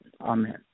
Amen